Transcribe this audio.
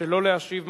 שלא להשיב.